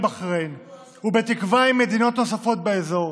בחריין ובתקווה עם מדינות נוספות באזור,